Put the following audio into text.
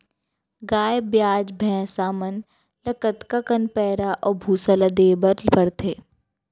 गाय ब्याज भैसा मन ल कतका कन पैरा अऊ भूसा ल देये बर पढ़थे?